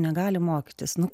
negali mokytis nu